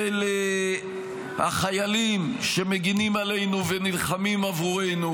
של החיילים שמגינים עלינו ונלחמים עבורנו,